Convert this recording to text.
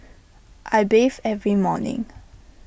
I bathe every morning